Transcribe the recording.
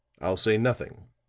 i'll say nothing,